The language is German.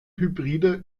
hybride